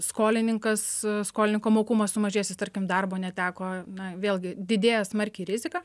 skolininkas skolininko mokumas sumažės jis tarkim darbo neteko na vėlgi didėja smarkiai rizika